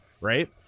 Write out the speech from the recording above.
right